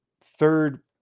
third